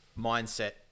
mindset